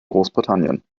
großbritannien